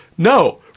No